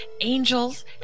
Angels